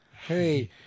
Hey